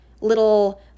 little